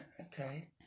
Okay